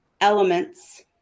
elements